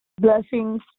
Blessings